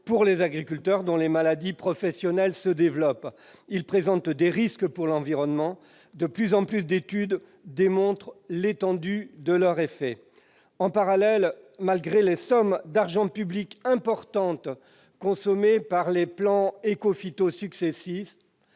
pour les agriculteurs, dont les maladies professionnelles se développent, ainsi que pour l'environnement. De plus en plus d'études démontrent l'étendue de leur effet. En parallèle, malgré les sommes d'argent public importantes consommées par les plans Écophyto successifs,